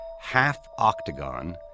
half-octagon